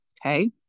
okay